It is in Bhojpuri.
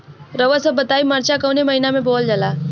रउआ सभ बताई मरचा कवने महीना में बोवल जाला?